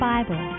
Bible